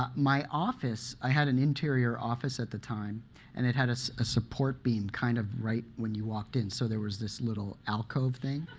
ah my office i had an interior office at the time and it had a so ah support beam kind of right when you walked in, so there was this little alcove thing.